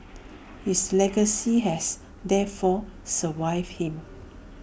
his legacy has therefore survived him